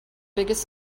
biggest